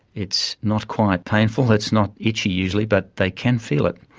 it's not quite painful, it's not itchy usually, but they can feel it.